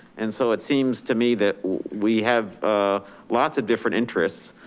and so it seems to me that we have lots of different interests,